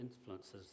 influences